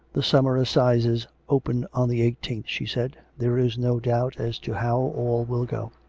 the summer assizes open on the eighteenth, she said. there is no doubt as to how all will go.